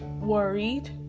worried